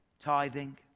tithing